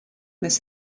this